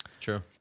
True